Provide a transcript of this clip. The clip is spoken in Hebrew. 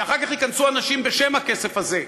ואחר כך ייכנסו אנשים בשם הכסף הזה,